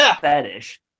fetish